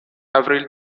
avril